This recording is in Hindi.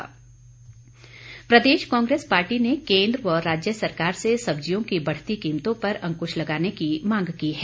कीमत प्रदेश कांग्रेस पार्टी ने केंद्र व राज्य सरकार से सब्जियों की बढ़ती कीमतों पर अंकृश लगाने की मांग की है